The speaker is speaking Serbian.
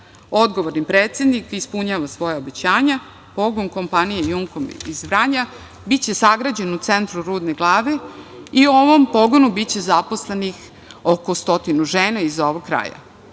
Odgovorni predsednik ispunjava svoja obećanja. Pogon kompanije „Jumko“ iz Vranja biće sagrađen u centru Rudne Glave i u ovom pogonu biće zaposlenih oko stotinu žena iz ovog kraja.